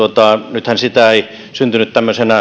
nythän sitä ei syntynyt